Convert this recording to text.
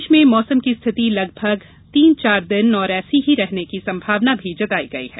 प्रदेश में मौसम की स्थिति लगभग तीन चार दिन और ऐसी रहने की संभावना भी जताई गई है